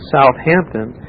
Southampton